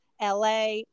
LA